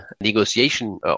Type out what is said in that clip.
negotiation